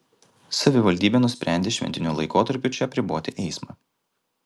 savivaldybė nusprendė šventiniu laikotarpiu čia apriboti eismą